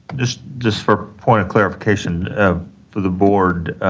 just just for point of clarification for the board,